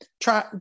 try